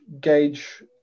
gauge